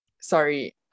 Sorry